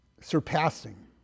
surpassing